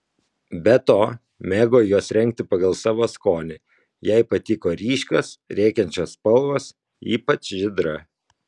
be to mėgo juos rengti pagal savo skonį jai patiko ryškios rėkiančios spalvos ypač žydra